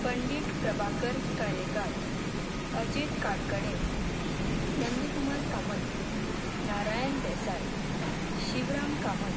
Pandit Prabhakar Karekar Ajit Kadkade Nandkumar Kamat Narayan Desai Shivram Kamat